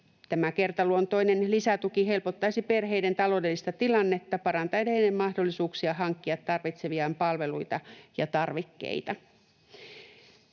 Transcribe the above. Tämä kertaluontoinen lisätuki helpottaisi perheiden taloudellista tilannetta parantaen heidän mahdollisuuksiaan hankkia tarvitsemiaan palveluita ja tarvikkeita.